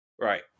Right